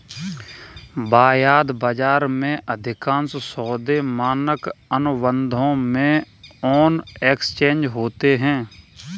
वायदा बाजार में, अधिकांश सौदे मानक अनुबंधों में ऑन एक्सचेंज होते हैं